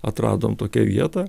atradom tokią vietą